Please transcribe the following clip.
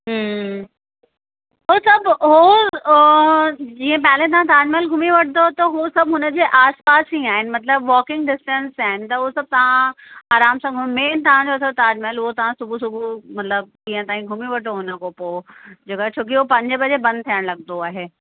हम्म उहो सभु हुओ उहो जीअं पहले तव्हां ताजमहल घुमी वठंदव त हू सभु हुनजे आसिपासि ई आहिनि मतलबु वॉकिंग डिस्टंस आहिनि त उहो सभु तव्हां आराम सां मेन तव्हांजो अथव ताजमहल उहो तव्हां सुबुहु सुबुहु मतलबु ॾींहं ताईं घुमीं वठो हुन खां पोइ जेको आहे छो कि उहो पंजे बजे बंदि थियणु लॻंदो आहे